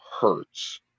hurts